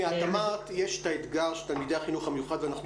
אמרת שיש את האתגר של תלמידי החינוך המיוחד ואנחנו